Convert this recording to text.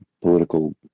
political